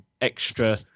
extra